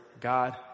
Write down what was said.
God